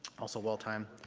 also wall time.